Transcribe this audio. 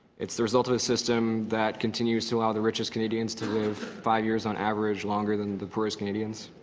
it's the result of a system that continues to allow the richest canadians to live five years on average longer than the poorest canadians.